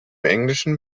englischen